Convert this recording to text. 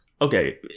Okay